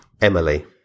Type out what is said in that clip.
Emily